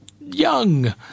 young